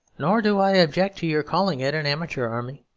nor do i object to your calling it an amateur army.